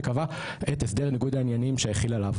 שקבע את הסדר ניגוד העניינים שהכיל עליו